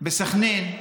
בסח'נין.